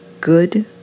good